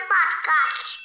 Podcast